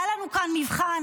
היה לנו כאן מבחן.